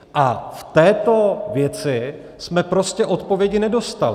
A v této věci jsme prostě odpovědi nedostali.